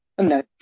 No